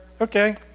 Okay